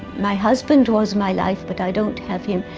my husband was my life, but i don't have him,